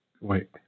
Wait